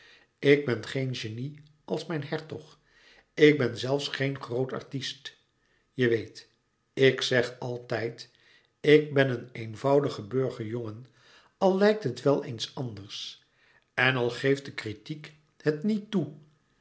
ik ben geen genie als mijn hertog ik ben zelfs geen groot artist je weet ik zeg altijd ik ben een eenvoudige burgerjongen al lijkt het wel eens anders en al geeft de kritiek het niet toe